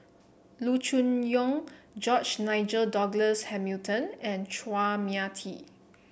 Loo Choon Yong George Nigel Douglas Hamilton and Chua Mia Tee